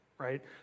right